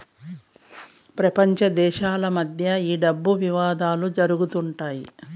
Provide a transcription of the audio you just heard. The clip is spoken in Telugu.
ప్రపంచ దేశాల మధ్య ఈ డబ్బు వివాదాలు జరుగుతుంటాయి